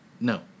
No